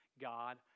God